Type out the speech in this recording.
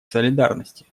солидарности